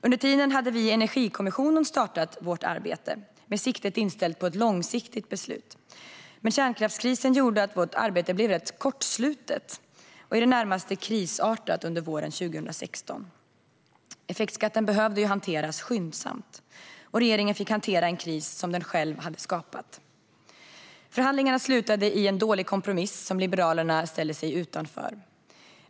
Under tiden hade vi i Energikommissionen startat vårt arbete, med siktet inställt på ett långsiktigt beslut. Kärnkraftskrisen gjorde att vårt arbete blev kortslutet och närmast krisartat under våren 2016. Effektskatten behövde hanteras skyndsamt. Regeringen fick hantera en kris som den själv hade skapat. Förhandlingarna slutade i en dålig kompromiss, som Liberalerna ställde sig utanför.